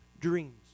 dreams